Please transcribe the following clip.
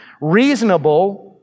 Reasonable